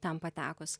ten patekus